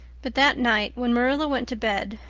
but that night, when marilla went to bed,